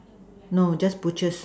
no just butchers